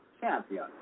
champion